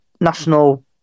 national